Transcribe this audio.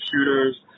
shooters